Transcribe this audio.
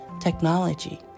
technology